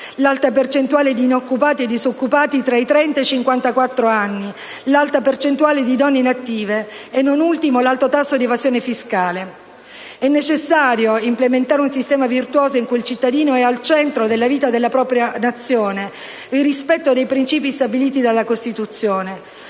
l'alta percentuale di inoccupati e disoccupati tra i 30 e i 54 anni, l'alta percentuale di donne inattive e, non ultimo, l'alto tasso di evasione fiscale. È necessario implementare un sistema virtuoso in cui il cittadino è al centro della vita della propria Nazione, nel rispetto dei principi stabiliti dalla Costituzione,